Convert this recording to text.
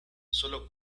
sólo